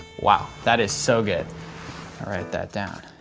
wow, that is so good. i'll write that down.